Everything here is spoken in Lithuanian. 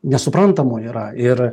nesuprantamų yra ir